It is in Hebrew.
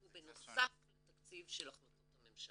הוא בנוסף לתקציב של החלטות הממשלה.